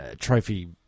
trophy